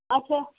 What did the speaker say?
اچھا